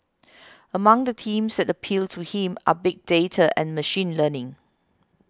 among the themes that appeal to him are big data and machine learning